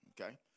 okay